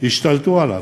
השתלטו עליו.